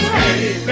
Hey